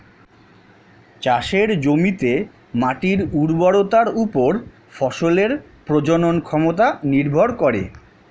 চাষের জমিতে মাটির উর্বরতার উপর ফসলের প্রজনন ক্ষমতা নির্ভর করে